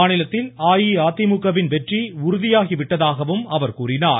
மாநிலத்தில் அஇஅதிமுகவின் வெற்றி உறுதியாகி விட்டதாகவும் அவர் கூறினார்